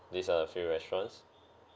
these are the few restaurants